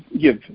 give